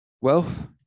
wealth